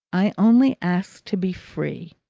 i only ask to be free.